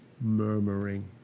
murmuring